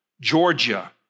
Georgia